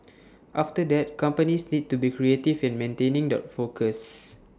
after that companies need to be creative in maintaining the focus